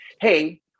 hey